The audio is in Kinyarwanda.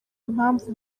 impamvu